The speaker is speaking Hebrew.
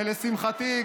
ולשמחתי,